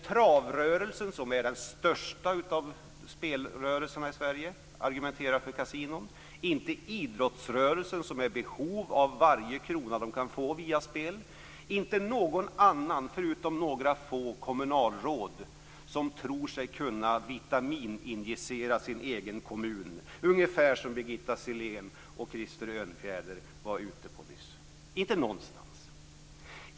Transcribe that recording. Travrörelsen, som är den största av spelrörelserna i Sverige, argumenterar inte för kasinon, inte heller idrottsrörelsen, som är i behov av varje krona man kan få via spel. Inte någon annan, förutom några få kommunalråd som tror sig kunna vitamininjicera sin egen kommun, ungefär som Birgitta Sellén och Krister Örnfjäder var ute efter nyss. Inte någonstans.